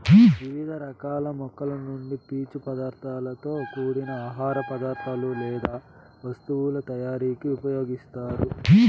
వివిధ రకాల మొక్కల నుండి పీచు పదార్థాలతో కూడిన ఆహార పదార్థాలు లేదా వస్తువుల తయారీకు ఉపయోగిస్తారు